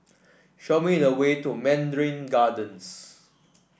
show me the way to Mandarin Gardens